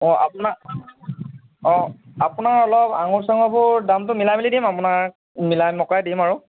অঁ আপোনাক অঁ আপোনাৰ অলপ আঙুৰ চাঙুৰবোৰ দামটো মিলাই মিলি দিম আপোনাক মিলাই মকাই দিম আৰু